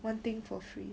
one thing for free